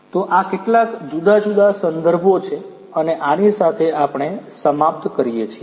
તો આ કેટલાક જુદા જુદા સંદર્ભો છે અને આની સાથે આપણે સમાપ્ત કરીએ છીએ